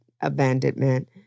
abandonment